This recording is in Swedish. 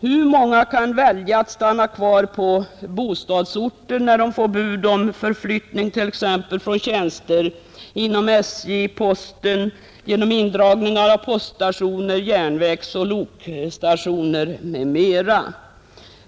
Hur många kan där välja att stanna kvar på bostadsorten, när de får bud om förflyttning från tjänster t.ex. vid SJ och postverket vid indragning av post-, järnvägsoch lokstationer m, m.?